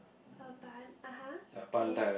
ah but (uh huh) yes